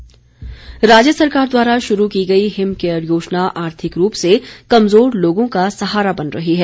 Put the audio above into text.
him care राज्य सरकार द्वारा शुरू की गई हिम केयर योजना आर्थिक रूप से कमजोर लोगों का सहारा बन रही है